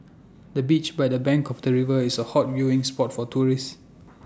the bench by the bank of the river is A hot viewing spot for tourists